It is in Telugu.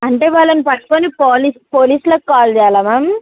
అంటే వాళ్ళని పట్టుకుని పోలీస్ పోలీస్లకి కాల్ చేయాలా మ్యామ్